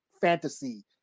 fantasy